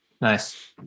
nice